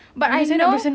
but I know